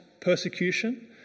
persecution